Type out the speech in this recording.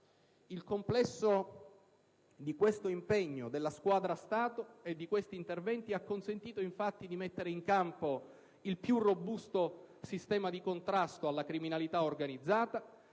Il complesso di questo impegno della "squadra Stato" e di questi interventi ha consentito infatti di mettere in campo il più robusto sistema di contrasto alla criminalità organizzata,